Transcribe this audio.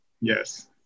Yes